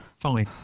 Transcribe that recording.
fine